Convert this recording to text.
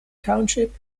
township